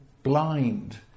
blind